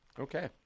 Okay